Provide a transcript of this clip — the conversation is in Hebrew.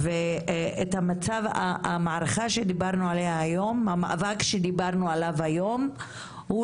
והמצב או המערכה שדיברנו עליה היום והמאבק שדיברנו עליו היום הוא